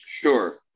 sure